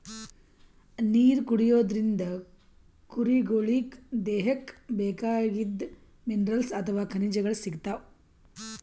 ನೀರ್ ಕುಡಿಯೋದ್ರಿಂದ್ ಕುರಿಗೊಳಿಗ್ ದೇಹಕ್ಕ್ ಬೇಕಾಗಿದ್ದ್ ಮಿನರಲ್ಸ್ ಅಥವಾ ಖನಿಜಗಳ್ ಸಿಗ್ತವ್